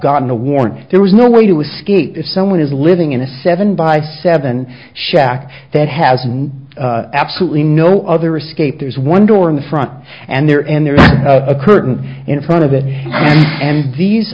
gotten a warrant there was no way to escape if someone is living in a seven by seven shack that has absolutely no other escape there's one door in the front and there and there's a curtain in front of it and these